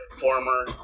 former